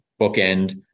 bookend